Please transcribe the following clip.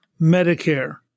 Medicare